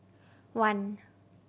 one